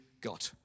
God